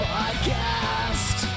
Podcast